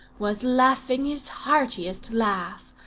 was laughing his heartiest laugh,